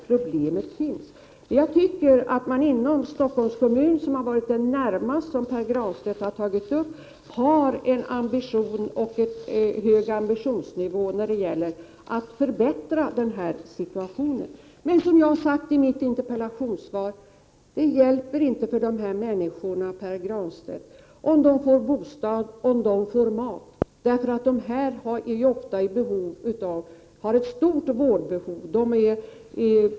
Problemet finns, men jag tycker att man i Stockholms kommun — som Pär Granstedt närmast berörde — har en hög ambitionsnivå när det gäller att förbättra situationen. Som jag har sagt i mitt interpellationssvar hjälper det inte de här människorna, om de får bostad och mat. De har ett stort vårdbehov.